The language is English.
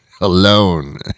alone